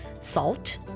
Salt